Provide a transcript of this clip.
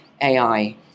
AI